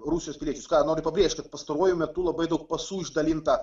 rusijos piliečius ką noriu pabrėžti kad pastaruoju metu labai daug pasų išdalinta